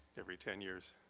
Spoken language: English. every ten years.